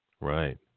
Right